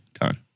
done